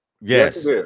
Yes